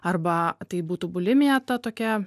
arba tai būtų bulimija tad tokia